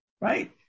right